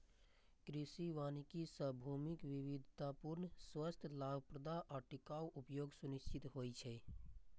कृषि वानिकी सं भूमिक विविधतापूर्ण, स्वस्थ, लाभप्रद आ टिकाउ उपयोग सुनिश्चित होइ छै